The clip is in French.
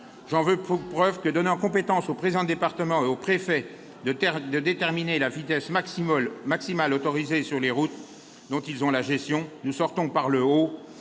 J'en veux pour preuve que, en donnant compétence aux présidents de département et aux préfets pour déterminer la vitesse maximale autorisée sur les routes dont ils ont la gestion, nous sortons par le haut